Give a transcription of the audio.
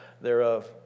thereof